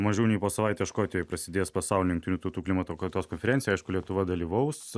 mažiau nei po savaitės škotijoj prasidės pasaulinė jungtinių tautų klimato kaitos konferencija aišku lietuva dalyvaus